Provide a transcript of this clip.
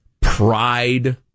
pride